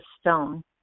stone